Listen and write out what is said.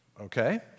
okay